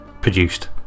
produced